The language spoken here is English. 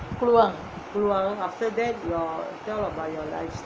kluang